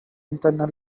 internal